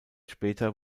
später